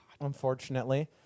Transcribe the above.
unfortunately